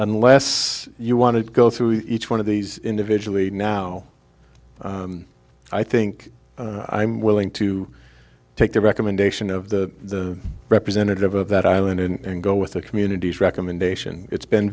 unless you want to go through each one of these individually now i think i'm willing to take the recommendation of the representative of that island and go with the communities recommendation it's been